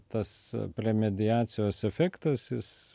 tas premediacijos efektas jis